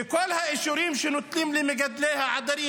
וכל האישורים שנותנים למגדלי העדרים,